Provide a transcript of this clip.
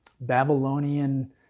Babylonian